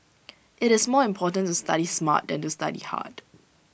IT is more important to study smart than to study hard